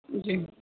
جی